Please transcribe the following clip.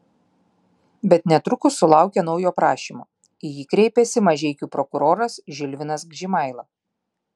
bet netrukus sulaukė naujo prašymo į jį kreipėsi mažeikių prokuroras žilvinas gžimaila